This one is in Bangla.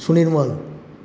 সুনির্মল